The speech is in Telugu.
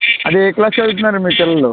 అదే ఏ క్లాస్ చదువుతున్నారు మీ పిల్లలు